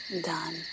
done